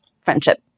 friendship